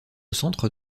centre